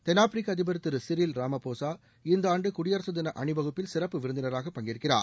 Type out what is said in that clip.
தென்னாப்பிரிக்க அதிபர் திரு சிரில் ராமபோசா இந்த ஆண்டு குடியரசு தின அணிவகுப்பில் சிறப்பு விருந்தினராக பங்கேற்கிறார்